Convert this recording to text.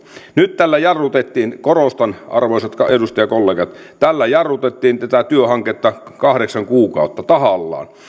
nyt tällä jarrutettiin korostan arvoisat edustajakollegat tällä jarrutettiin tätä työhanketta kahdeksan kuukautta tahallaan